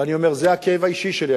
ואני אומר שזה הכאב האישי שלי,